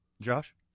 Josh